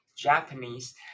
Japanese